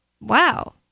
wow